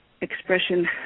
expression